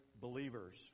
believers